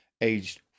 aged